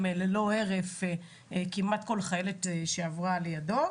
ללא הרף כמעט כל חיילת שעברה על ידו,